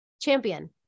Champion